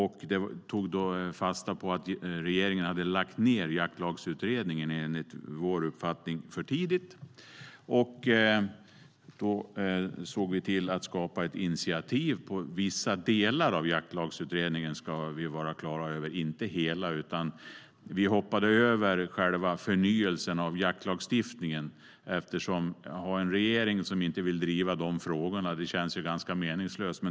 Vi tog fasta på att regeringen enligt vår uppfattning hade lagt ned Jaktlagsutredningen för tidigt. Då såg vi till att skapa ett initiativ gällande vissa delar av Jaktlagsutredningen - inte hela, ska vi vara klara över. Vi hoppade över själva förnyelsen av jaktlagstiftningen, eftersom vi har en regering som inte vill driva de frågorna. Det skulle kännas ganska meningslöst.